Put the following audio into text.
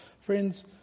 Friends